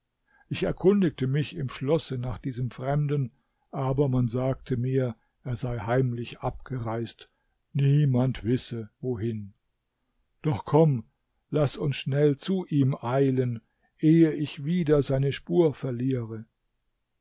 ich erkundigte mich im schlosse nach diesem fremden aber man sagte mir er sei heimlich abgereist niemand wisse wohin doch komm laß uns schnell zu ihm eilen ehe ich wieder seine spur verliere